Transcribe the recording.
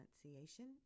pronunciation